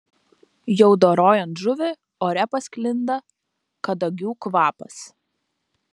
jau dorojant žuvį ore pasklinda kadagių kvapas